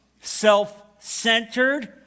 self-centered